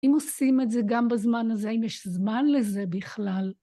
אם עושים את זה גם בזמן הזה, אם יש זמן לזה בכלל.